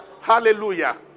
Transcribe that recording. Hallelujah